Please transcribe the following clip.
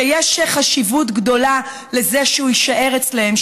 שיש חשיבות גדולה לזה שהוא יישאר אצלם,